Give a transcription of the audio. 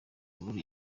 mvururu